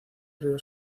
río